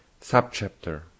Subchapter